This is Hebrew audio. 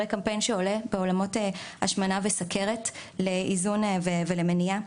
קמפיין שעולה בעולמות של השמנה וסוכרת לאיזון ומניעה,